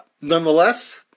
Nonetheless